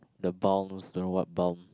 the balms don't know what balm